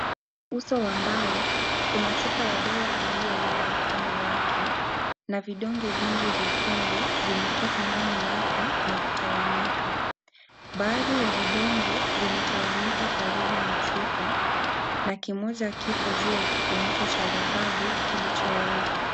Uso wa mbao, kuna chupa ya dawa iliyolala upande wake na vidonge vingi vyekundu vimetoka ndani yake na kutawanyika. Baadhi ya vidonge, vimetawanyika karibu na chupa na kimoja kipofu juu ya kifuniko cha dhahabu kilichowazi.